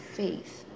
faith